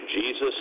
Jesus